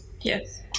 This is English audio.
Yes